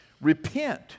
Repent